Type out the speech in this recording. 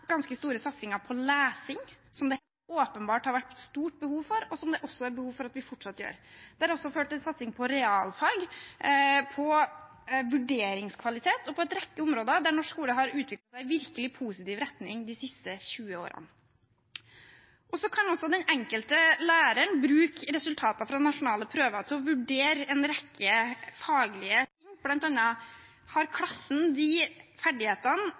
ganske store satsinger på lesing, som det åpenbart har vært et stort behov for, og som det også er behov for at vi fortsatt har. Det har også ført til satsing på realfag, på vurderingskvalitet og på en rekke områder der norsk skole har utviklet seg i virkelig positiv retning de siste 20 årene. Den enkelte lærer kan også bruke resultatene fra nasjonale prøver til å vurdere en rekke faglige ting, bl.a. om klassen har de ferdighetene